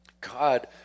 God